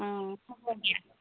হ'ব দিয়া